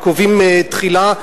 וקובעים תחילה,